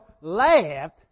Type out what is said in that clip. laughed